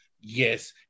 Yes